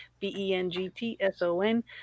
b-e-n-g-t-s-o-n